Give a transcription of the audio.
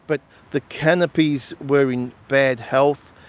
but the canopies were in bad health.